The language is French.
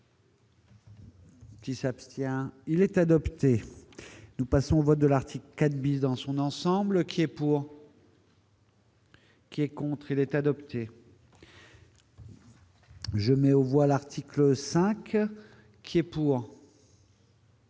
Qui s'abstient, il est adopté, nous passons au vote de l'article 4 bis dans son ensemble qui est pour. Qui est contre elle est adoptée. Je mets au voilà 5 qui est pour.